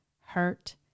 hurt